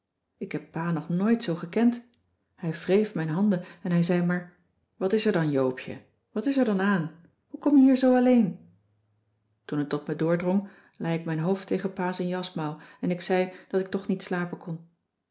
ik heb pa nog nooit zoo gekend hij wreef mijn handen en hij zei maar wat is er dan joopje wat is er dan aan hoe kom je hier zoo alleen toen het tot me doordrong lei ik mijn hoofd tegen pa zijn jasmouw en ik zei dat ik toch niet slapen kon